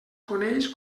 coneix